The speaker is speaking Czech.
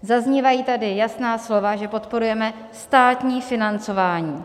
Zaznívají tady jasná slova, že podporujeme státní financování.